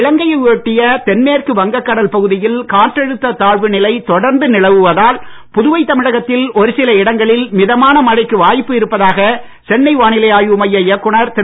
இலங்கை யை ஒட்டிய தென்மேற்கு வங்கக் கடல் பகுதியில் காற்றழுத்தத் தாழ்வு நிலை தொடர்ந்து நிலவுவதால் புதுவை தமிழகத்தில் ஒரு சில இடங்களில் மிதமான மழைக்கு வாய்ப்பு இருப்பதாக சென்னை வானிலை ஆய்வு மைய இயக்குனர் திரு